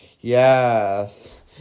Yes